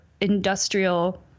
industrial